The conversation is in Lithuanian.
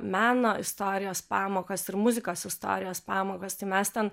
meno istorijos pamokas ir muzikos istorijos pamokas tai mes ten